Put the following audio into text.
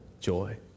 joy